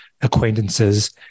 acquaintances